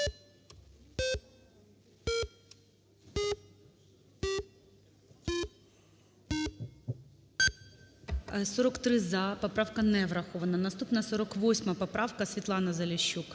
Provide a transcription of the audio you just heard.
За-43 Поправка не врахована. Наступна, 48 поправка, Світлана Заліщук.